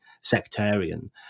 sectarian